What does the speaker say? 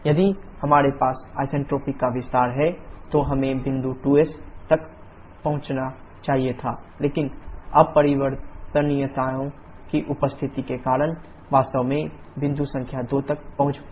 यदि हमारे पास आइसेंट्रोपिक का विस्तार है तो हमें बिंदु 2s तक पहुंचना चाहिए था लेकिन अपरिवर्तनीयताओं की उपस्थिति के कारण वास्तव में बिंदु संख्या 2 तक पहुंच गया